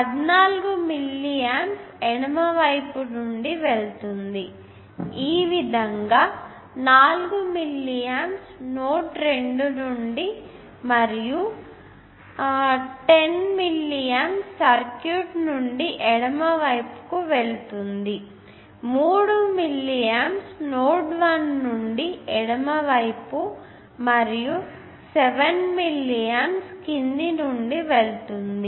14 milliamps ఎడమ వైపు నుండి వెళ్తుంది ఈ విధంగా 4 మిల్లి ఆంప్స్ నోడ్ 2నుండి వెళుతుంది మరియు ఆ విధంగా 10 మిల్లి ఆంప్స్ సర్క్యూట్ నుండి ఎడమ వైపుకి వెళుతుంది మరియు 3మిల్లి ఆంప్స్ నోడ్ 1 నుండి ఎడమ వైపు మరియు 7 మిల్లి ఆంప్స్ కింది నుండి వెళుతుంది